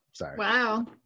wow